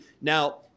Now